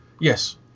Yes